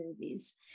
movies